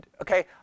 Okay